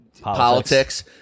politics